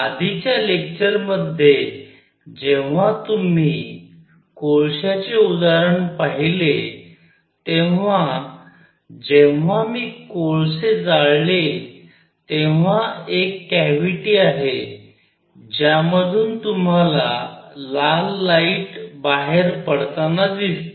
आधीच्या लेक्चरमध्ये जेव्हा तुम्ही कोळशाचे उदाहरण पाहिले तेव्हा जेव्हा मी हे कोळसे जाळले तेव्हा एक कॅव्हिटी आहे ज्यामधून तुम्हाला लाल लाईट बाहेर पडताना दिसते